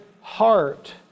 heart